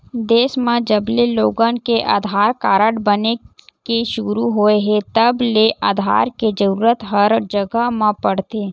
देस म जबले लोगन के आधार कारड बने के सुरू होए हे तब ले आधार के जरूरत हर जघा पड़त हे